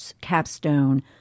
capstone